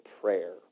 prayer